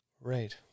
Right